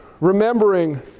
Remembering